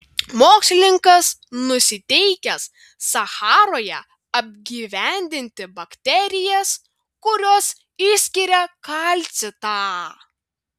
mokslininkas nusiteikęs sacharoje apgyvendinti bakterijas kurios išskiria kalcitą